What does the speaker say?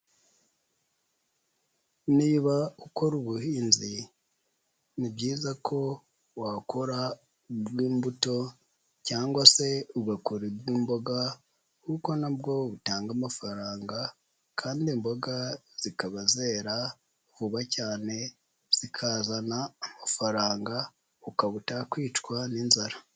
Niba ukora ubuhinzi, ni byiza ko wakora ubw'imbuto cyangwa se ugakora ubw'imboga kuko na bwo butanga amafaranga kandi imboga zikaba zera vuba cyane, zikazana amafaranga ukaba utakwicwa n'inzara.